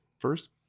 first